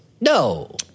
No